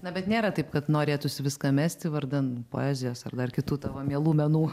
na bet nėra taip kad norėtųsi viską mesti vardan poezijos ar dar kitų tavo mielų menų